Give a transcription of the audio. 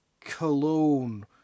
Cologne